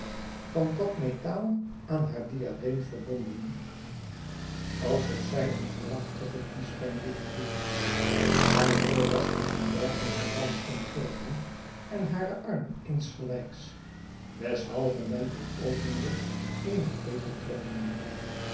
van dat metaal aan haar diadeem verbonden alsof zij een prachtigen kiespyndoek droeg haar middel was met een dergelijken band omgeven en hare armen insgelijks weshalve men haar openlijk eene keteltrom noemde